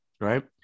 right